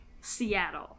Seattle